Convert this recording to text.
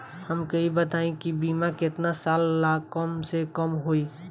हमके ई बताई कि बीमा केतना साल ला कम से कम होई?